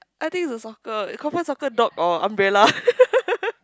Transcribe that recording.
I thought it was soccer it confirm soccer dog or umbrella